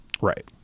right